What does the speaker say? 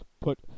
put